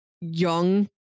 young